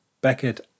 Beckett